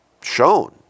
shown